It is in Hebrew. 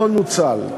לא נוצל.